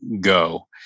go